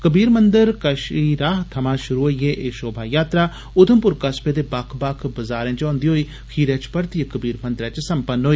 कबीर मन्दिर कशीराह थमां शुरु होइए एह् शोभा यात्रा उधमपुर कस्बे दे बक्ख बक्ख बजारें चा होन्दे होई खीरै परतिए कबीर मंदरै च सम्पन्न होई